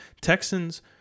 Texans